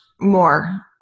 more